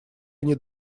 они